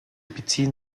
beziehen